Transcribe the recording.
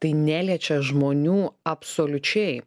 tai neliečia žmonių absoliučiai